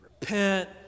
repent